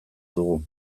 dugu